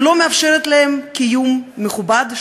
שלא מאפשרת להם קיום מכובד,